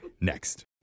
next